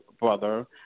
brother